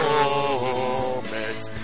Moments